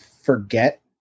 forget